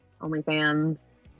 OnlyFans